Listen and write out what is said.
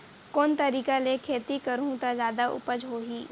कोन तरीका ले खेती करहु त जादा उपज होही?